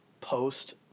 post